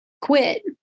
quit